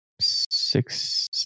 six